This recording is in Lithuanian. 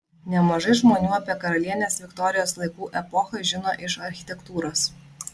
nemažai žmonių apie karalienės viktorijos laikų epochą žino iš architektūros